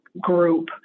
group